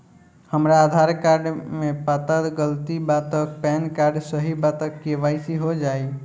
हमरा आधार कार्ड मे पता गलती बा त पैन कार्ड सही बा त के.वाइ.सी हो जायी?